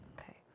okay